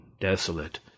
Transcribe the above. desolate